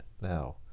Now